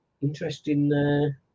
Interesting